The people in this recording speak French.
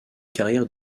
carrière